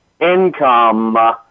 income